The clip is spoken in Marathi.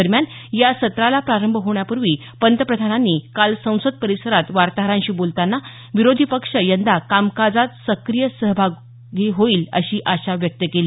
दरम्यान या सत्राला प्रारंभ होण्यापूर्वी पंतप्रधानांनी काल संसद परिसरात वार्ताहरांशी बोलताना विरोधी पक्ष यंदा कामकाजात सक्रीय सहभागी होईल अशी आशा व्यक्त केली